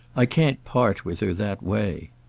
i can't part with her that way.